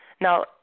Now